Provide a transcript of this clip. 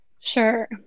sure